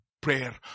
prayer